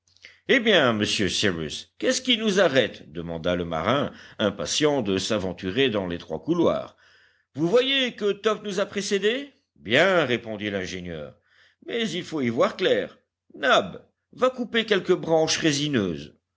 eh bien monsieur cyrus qu'est-ce qui nous arrête demanda le marin impatient de s'aventurer dans l'étroit couloir vous voyez que top nous a précédés bien répondit l'ingénieur mais il faut y voir clair nab va couper quelques branches résineuses